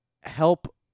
help